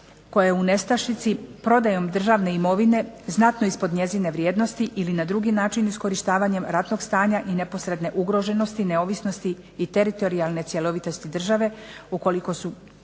je u nestašici, prodajom državne imovine znatno ispod njezine vrijednosti ili na drugi način iskorištavanjem ratnog stanja i neposredne ugroženosti neovisnosti i teritorijalne cjelovitosti države ukoliko su